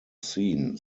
seen